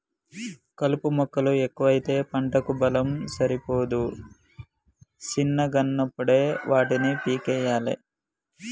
కలుపు మొక్కలు ఎక్కువైతే పంటకు బలం సరిపోదు శిన్నగున్నపుడే వాటిని పీకేయ్యలే